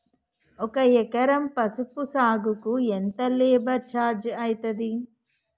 ఒక ఎకరం పసుపు సాగుకు ఎంత లేబర్ ఛార్జ్ అయితది?